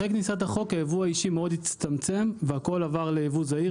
אחרי כניסת החוק היבוא האישי מאוד הצטמצם והכול עבר ליבוא זעיר.